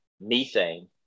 methane